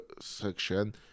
section